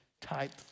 type